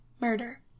murder